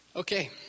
Okay